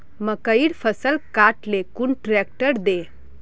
मकईर फसल काट ले कुन ट्रेक्टर दे?